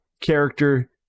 character